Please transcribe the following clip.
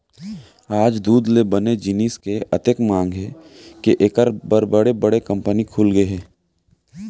आज दूद ले बने जिनिस के अतेक मांग हे के एकर बर बड़े बड़े कंपनी खुलगे हे